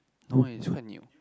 no eh is quite new